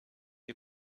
you